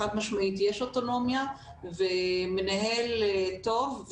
חד משמעית יש אוטונומיה ומנהל טוב,